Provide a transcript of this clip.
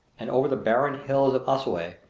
and over the barren hills of assuay,